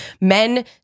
men